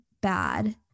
bad